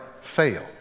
fail